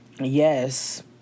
Yes